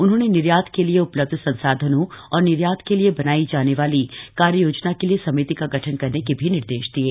उन्होंने निर्यात के लिए उपलब्ध संसाधनों और निर्यात के लिए बनाई जाने वाली कार्ययोजना के लिए समिति का गठन करने के भी निर्देश दिये